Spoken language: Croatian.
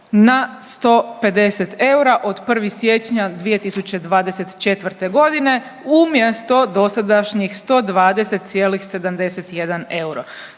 na 150 eura od 1. siječnja 2024. g. umjesto dosadašnjih 120,71 euro.